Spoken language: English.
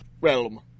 realm